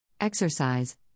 Exercise